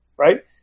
right